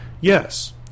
Yes